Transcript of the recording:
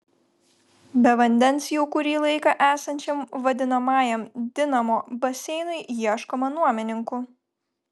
be vandens jau kurį laiką esančiam vadinamajam dinamo baseinui ieškoma nuomininkų